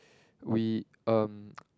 we em